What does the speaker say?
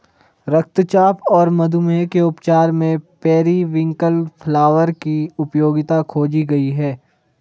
रक्तचाप और मधुमेह के उपचार में पेरीविंकल फ्लावर की उपयोगिता खोजी गई है